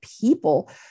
people